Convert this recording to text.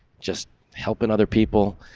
just helping other people.